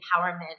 empowerment